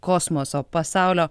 kosmoso pasaulio